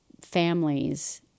families